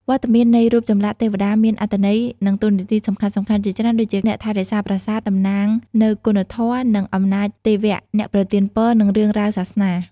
វត្តមាននៃរូបចម្លាក់ទេវតាមានអត្ថន័យ និងតួនាទីសំខាន់ៗជាច្រើនដូចជា អ្នកថែរក្សាប្រាសាទ តំណាងនូវគុណធម៌ និងអំណាចទេវៈ អ្នកប្រទានពរ និងរឿងរ៉ាវសាសនា។